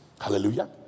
Hallelujah